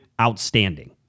outstanding